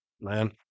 man